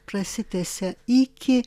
prasitęsia iki